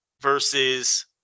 versus